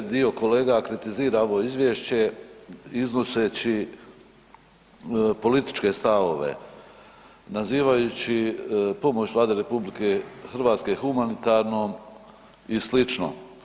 Dio kolega kritizira ovo izvješće iznoseći političke stavove nazivajući pomoć Vlade RH humanitarnom i slično.